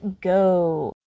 go